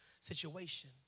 situation